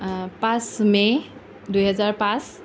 পাঁচ মে দুই হেজাৰ পাঁচ